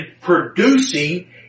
producing